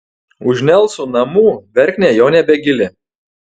už nelsų namų verknė jau nebegili